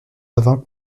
avant